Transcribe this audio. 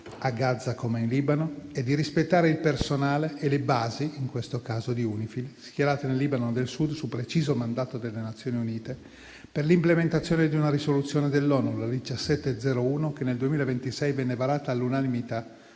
a Gaza come in Libano, e di rispettare il personale e le basi, in questo caso di UNIFIL, schierati nel Libano del Sud su preciso mandato delle Nazioni Unite, per l'implementazione della risoluzione ONU n. 1701, che nel 2006 venne varata all'unanimità